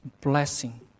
Blessing